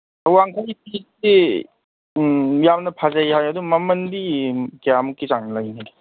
ꯎꯝ ꯌꯥꯝꯅ ꯐꯖꯩ ꯍꯥꯏ ꯑꯗꯨ ꯃꯃꯜꯗꯤ ꯀꯌꯥꯃꯨꯛꯀꯤ ꯆꯥꯡ ꯂꯩꯅꯩ